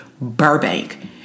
Burbank